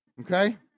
okay